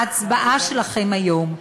ההצבעה שלכם היום,